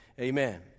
Amen